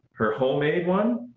her homemade one?